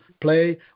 play